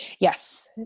Yes